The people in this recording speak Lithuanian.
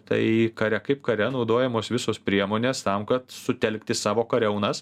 tai kare kaip kare naudojamos visos priemonės tam kad sutelkti savo kariaunas